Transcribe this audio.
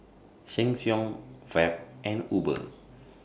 Sheng Siong Fab and Uber